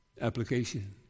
application